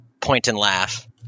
point-and-laugh